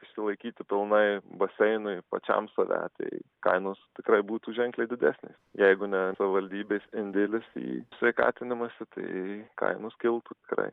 išsilaikyti pilnai baseinui pačiam save tai kainos tikrai būtų ženkliai didesnės jeigu ne savivaldybės indėlis į sveikatinimąsi tai kainos kiltų tikrai